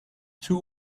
two